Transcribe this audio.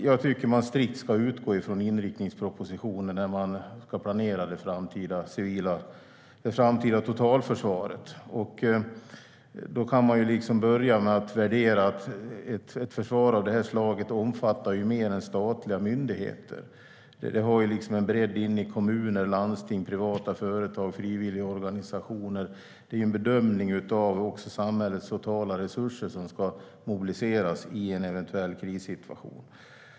Jag tycker att man strikt ska utgå från inriktningspropositionen när man ska planera det framtida totalförsvaret. Man kan börja med att värdera att ett försvar av det här slaget omfattar mer än statliga myndigheter. Det har en bredd inne i kommuner, landsting, privata företag och frivilligorganisationer. Det är en bedömning av samhällets totala resurser, som ska mobiliseras i en eventuell krissituation.